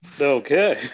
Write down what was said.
Okay